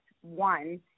one